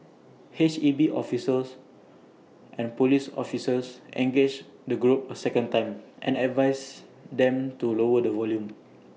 H E B officials and Police officers engaged the group A second time and advised them to lower the volume